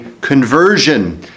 conversion